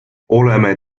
oleme